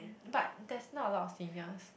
but there's not a lot of seniors